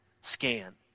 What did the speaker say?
SCAN